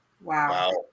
Wow